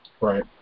Right